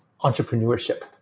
entrepreneurship